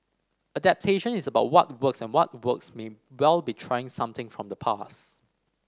adaptation is about what works and what works may well be trying something from the past